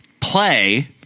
play